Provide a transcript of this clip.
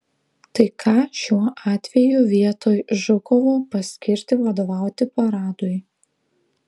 tai ką šiuo atveju vietoj žukovo paskirti vadovauti paradui